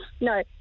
No